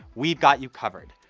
we've got you covered.